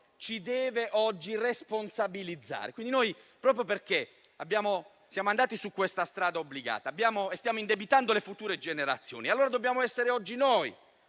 ci deve responsabilizzare. Proprio perché siamo andati su questa strada obbligata e stiamo indebitando le future generazioni, oggi dobbiamo essere